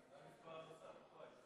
הצעת חוק סדר הדין הפלילי,